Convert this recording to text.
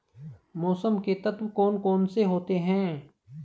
मौसम के तत्व कौन कौन से होते हैं?